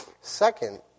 Second